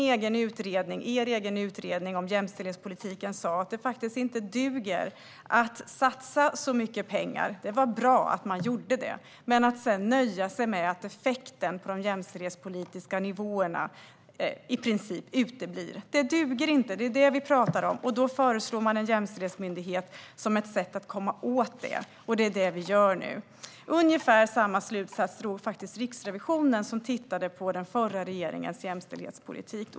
Er egen utredning om jämställdhetspolitiken sa att det faktiskt inte duger att satsa mycket pengar - det var bra att man gjorde det - men sedan nöja sig med att effekten på de jämställdhetspolitiska nivåerna i princip uteblir. Det duger inte. Det är det vi pratar om, och då föreslår man en jämställdhetsmyndighet som ett sätt att komma åt det. Det är det vi gör nu. Ungefär samma slutsats drog faktiskt Riksrevisionen, som tittade på den förra regeringens jämställdhetspolitik.